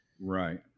Right